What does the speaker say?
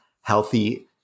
healthy